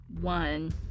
one